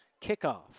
kickoff